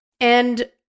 And-